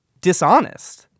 dishonest